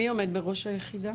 מי עומד בראש היחידה?